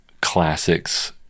classics